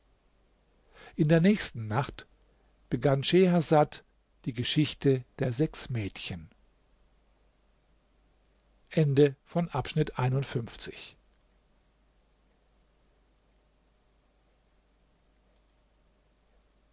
in der nächsten nacht begann schehersad die geschichte der sechs mädchen